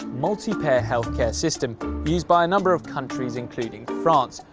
multi-payer, health care system used by a number of countries including france,